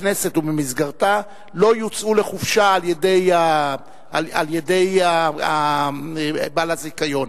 בכנסת ובמסגרתה לא יוצאו לחופשה על-ידי בעל הזיכיון.